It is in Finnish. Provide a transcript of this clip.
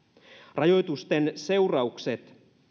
rajoitusten seurauksena